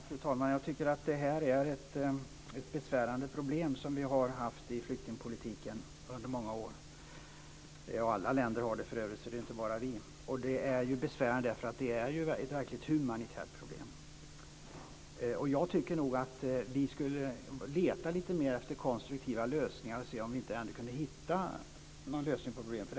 Fru talman! Jag tycker att det här är ett besvärande problem, som vi har haft i flyktingpolitiken under många år. Alla länder har det för övrigt, så det är inte bara vi. Det är besvärande därför att det är ett verkligt humanitärt problem. Jag tycker nog att vi borde leta mer efter konstruktiva lösningar och se om vi inte kan hitta någon lösning på problemet.